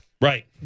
Right